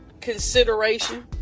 consideration